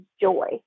joy